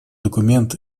документ